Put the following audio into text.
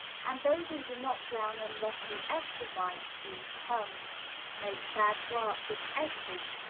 and, though we do not drown unlucky ephraimites, whose tongues make bad work with s's,